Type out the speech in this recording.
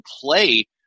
play